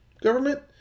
government